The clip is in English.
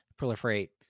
proliferate